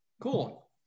Cool